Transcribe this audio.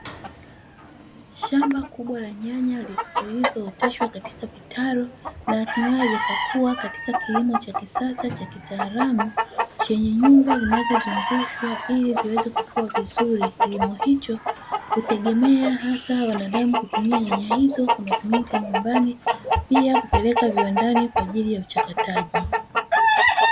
Shamba kubwa la nyanya zilizooteshwa katika kitalu na hatimaye zikakua katika kilimo cha kisasa cha kitaalamu chenye nyumba zinazozungushwa, ili ziweze kukua vizuri. Kilimo hicho hutegemea hasa wanadamu kutumia nyanya hizo kwa matumizi ya nyumbani, pia kupeleka viwandani kwa ajili ya uchakataji.